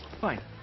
Fine